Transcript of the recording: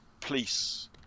police